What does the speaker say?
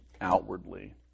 outwardly